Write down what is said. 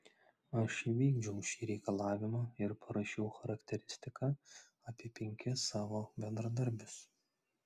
aš įvykdžiau šį reikalavimą ir parašiau charakteristiką apie penkis savo bendradarbius